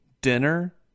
dinner